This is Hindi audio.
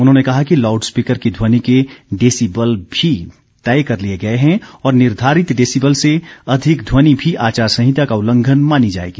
उन्होंने कहा कि लाउड स्पीकर की ध्वनि के डेसिबल भी तय किए गए हैं और निर्धारित डेसिबल से अधिक ध्वनि भी आचार संहिता का उल्लंघन मानी जाएगी